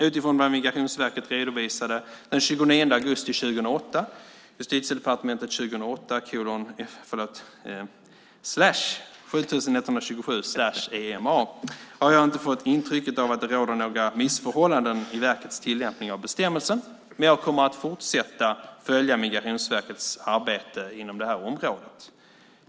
Utifrån vad Migrationsverket redovisade den 29 augusti 2008 har jag inte fått intrycket av att det råder några missförhållanden i verkets tillämpning av bestämmelsen, men jag kommer att fortsätta följa Migrationsverkets arbete inom det här området.